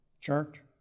church